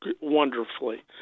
wonderfully